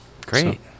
Great